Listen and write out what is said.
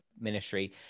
ministry